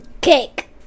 cake